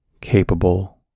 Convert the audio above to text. capable